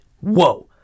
whoa